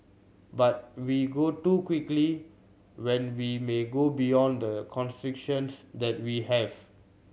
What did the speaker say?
but we go too quickly when we may go beyond the constraints that we have